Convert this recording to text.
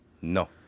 No